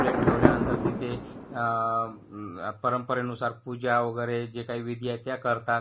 प्रेत ठेवल्यानंतर तिथे परंपरेनुसार पूजा वगैरे जे काही विधी आहेत त्या करतात